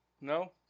No